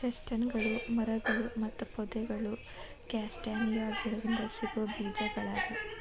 ಚೆಸ್ಟ್ನಟ್ಗಳು ಮರಗಳು ಮತ್ತು ಪೊದೆಗಳು ಕ್ಯಾಸ್ಟಾನಿಯಾಗಳಿಂದ ಸಿಗೋ ಬೇಜಗಳಗ್ಯಾವ